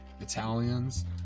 Italians